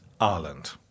Ireland